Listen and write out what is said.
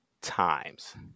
times